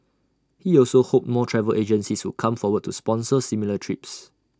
he also hoped more travel agencies would come forward to sponsor similar trips